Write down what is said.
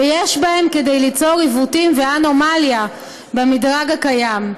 ויש בהם כדי ליצור עיוותים ואנומליה במדרג הקיים.